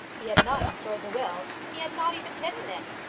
he had not destroyed the will. he had not even hidden it.